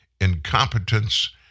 incompetence